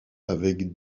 avec